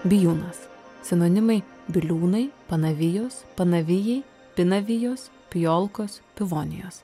bijūnas sinonimai biliūnai panavijos panavijai pinavijos pijolkos pivonijos